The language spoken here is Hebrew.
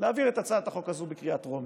להעביר את הצעת החוק הזאת בקריאה טרומית.